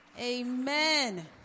amen